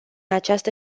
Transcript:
această